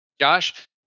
Josh